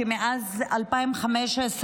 שמאז 2015,